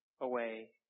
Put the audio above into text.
away